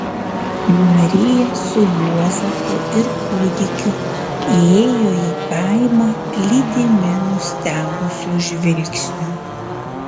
marija su juozapu ir kūdikiu įėjo į kaimą lydimi nustebusių žvilgsnių